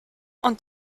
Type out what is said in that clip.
und